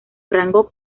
rango